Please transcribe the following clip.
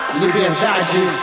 Liberdade